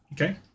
Okay